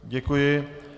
Děkuji.